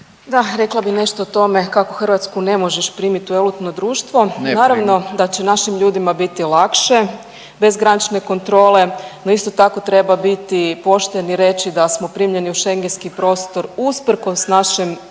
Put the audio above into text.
Da, rekla bi nešto o tome kako Hrvatsku ne možeš primit u elitno društvo. Naravno da će našim ljudima biti lakše bez granične kontrole, no isto tako treba biti pošten i reći da smo primljeni u schengentski prostor usprkos našem